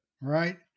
right